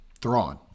Thrawn